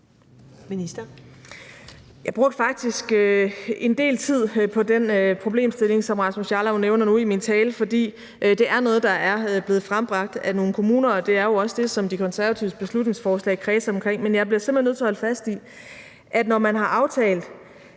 Jeg brugte faktisk en del tid på den problemstilling, som Rasmus Jarlov nævner nu, i min tale, for det er noget, der er blevet bragt frem af nogle kommuner, og det er jo også det, som De Konservatives beslutningsforslag kredser omkring. Men jeg bliver simpelt hen nødt til at holde fast i, at når man har aftalt